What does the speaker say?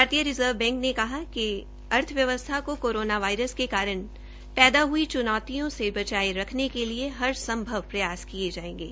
भारतीय reserve bank ने कहा है कि अर्थव्यवस्था को कोरोना वायरस के कारण पैदा हुई चुनौतियों से बचाये रखने के लिए हर संभव प्रयास किये जायेंगे